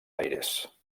aires